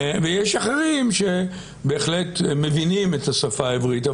ויש אחרים שבהחלט מבינים את השפה העברית.